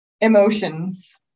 emotions